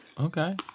Okay